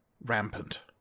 rampant